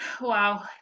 wow